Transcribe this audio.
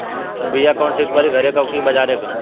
बिया कवन ठीक परी घरे क की बजारे क?